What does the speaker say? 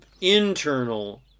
internal